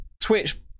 Twitch